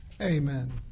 Amen